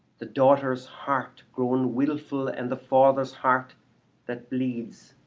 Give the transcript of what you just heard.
the daughter's heart grown willful, and the father's heart that bleeds!